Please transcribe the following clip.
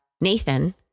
Nathan